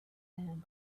and